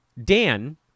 Dan